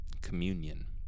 Communion